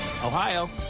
Ohio